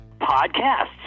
Podcasts